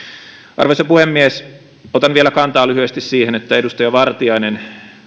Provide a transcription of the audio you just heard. arvoisa puhemies otan vielä kantaa lyhyesti siihen että edustaja vartiainen